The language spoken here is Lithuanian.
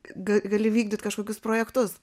gali vykdyt kažkokius projektus